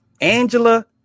Angela